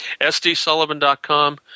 SDSullivan.com